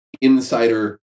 insider